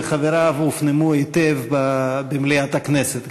אז בכלל המסרים של דב חנין וחבריו הופנמו היטב במליאת הכנסת.